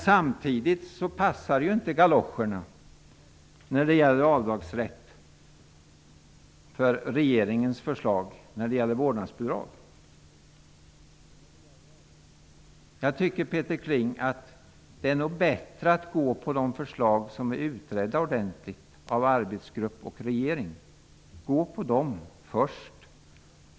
Samtidigt passar inte galoscherna när det gäller den avdragsrätt som regeringen har föreslagit i fråga om vårdnadsbidraget. Jag tycker att det är bättre att gå på de förslag som är ordentligt utredda av arbetsgrupp och regering. Gå på dem först!